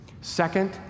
Second